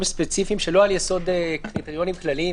ספציפיים שלא על יסוד קריטריונים כלליים,